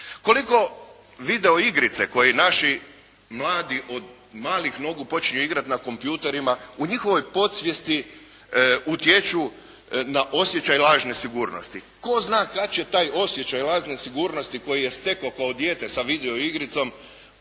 Koliko videoigrice koji naši mladi od malih nogu počinju igrati na kompjuterima, u njihovoj podsvijesti utječu na osjećaj lažne sigurnosti. Tko zna kad će taj osjećaj lažne sigurnosti koji je stekao kao dijete sa videoigricom